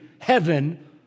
heaven